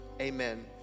amen